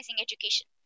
education